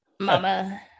mama